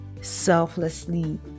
selflessly